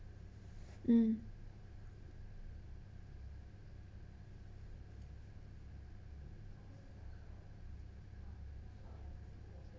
mm